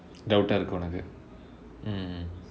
doubt ah இருக்கு உனக்கு:irukku unakku mm